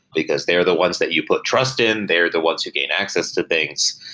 because they are the ones that you put trust in, they are the ones you gain access to things.